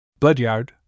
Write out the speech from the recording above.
Bloodyard